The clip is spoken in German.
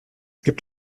gibt